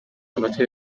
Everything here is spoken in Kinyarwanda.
manota